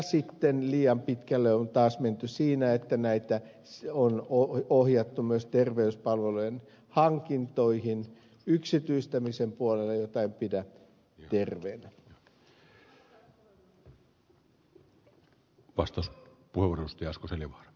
sitten liian pitkälle on taas menty siinä että näitä on ohjattu myös terveyspalvelujen hankintoihin yksityistämisen puolelle jota en pidä terveenä